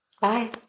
Bye